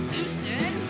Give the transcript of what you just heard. Houston